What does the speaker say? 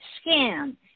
SCAN